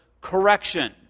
correction